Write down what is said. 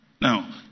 Now